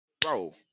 bro